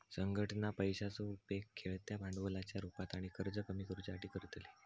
संघटना पैशाचो उपेग खेळत्या भांडवलाच्या रुपात आणि कर्ज कमी करुच्यासाठी करतली